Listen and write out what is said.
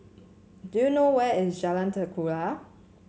do you know where is Jalan Ketuka